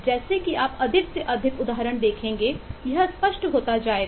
जैसे कि आप अधिक से अधिक उदाहरणदेखेंगे यह स्पष्ट हो जाएगा